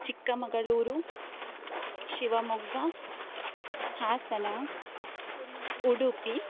Chikkamagaluru Shivamogga Hassan Udupi